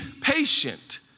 patient